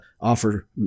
offer